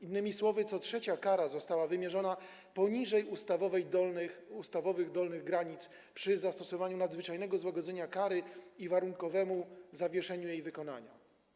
Innymi słowy, co trzecia kara została wymierzona poniżej ustawowych dolnych granic przy zastosowaniu nadzwyczajnego złagodzenia kary i warunkowego zawieszenia jej wykonania.